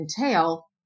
entail